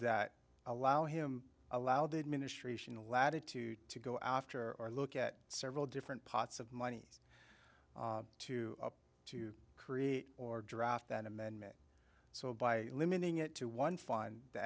that allow him allow the administration the latitude to go after or look at several different pots of money to to create or draft an amendment so by limiting it to one find the